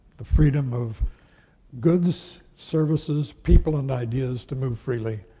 the freedom of goods, services, people, and ideas to move freely